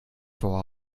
vor